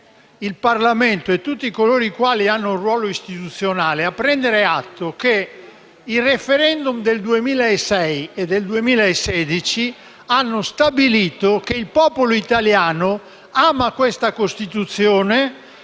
il Parlamento e tutti coloro i quali hanno un ruolo istituzionale a prendere atto che il *referendum* del 2006 e poi quello del 2016 hanno stabilito che il popolo italiano ama questa Costituzione,